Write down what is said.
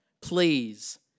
please